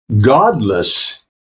godless